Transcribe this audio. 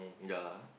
ya